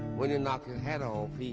when he knocked his hat off,